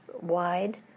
wide